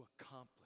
accomplish